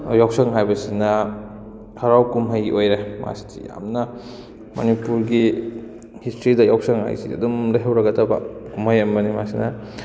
ꯌꯥꯎꯁꯪ ꯍꯥꯏꯕꯁꯤꯅ ꯍꯔꯥꯎ ꯀꯨꯝꯍꯩ ꯑꯣꯏꯔꯦ ꯃꯥꯁꯤꯗꯤ ꯌꯥꯝꯅ ꯃꯅꯤꯄꯨꯔꯒꯤ ꯍꯤꯁꯇ꯭ꯔꯤꯗ ꯌꯥꯎꯁꯪ ꯍꯥꯏꯁꯤ ꯑꯗꯨꯝ ꯂꯩꯍꯧꯔꯒꯗꯕ ꯀꯨꯝꯍꯩ ꯑꯃꯅꯤ ꯃꯥꯁꯤꯅ